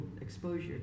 exposure